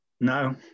No